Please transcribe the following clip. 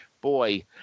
boy